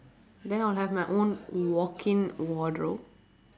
then I will have my own walk in wardrobe